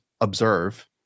observe